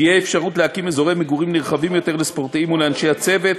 תהיה אפשרות להקים אזורי מגורים נרחבים יותר לספורטאים ולאנשי צוות,